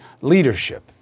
leadership